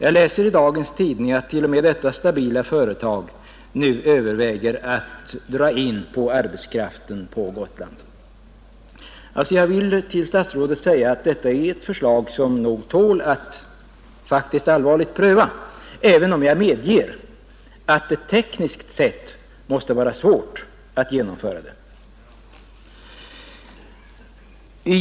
Jag läste i dagens tidningar att t.o.m. detta stabila företag nu överväger att dra in vissa arbeten på Gotland. Jag vill till statsrådet säga att frågan om stöd även till viss införsel är ett förslag som faktiskt tål att allvarligt prövas, även om jag medger att det tekniskt sett måste vara svårt att genomföra förslaget.